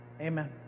amen